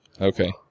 Okay